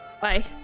Bye